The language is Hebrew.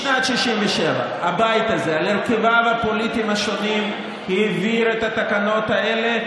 משנת 1967 הבית הזה על הרכביו הפוליטיים השונים העביר את התקנות האלה,